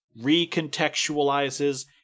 recontextualizes